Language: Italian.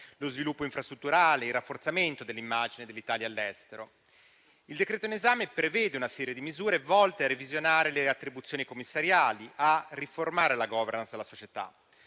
lo sviluppo infrastrutturale e il rafforzamento dell'immagine dell'Italia all'estero. Il decreto-legge in esame prevede una serie di misure volte a revisionare le attribuzioni commissariali e a riformare la *governance* della società.